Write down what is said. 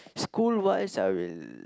school wise I'll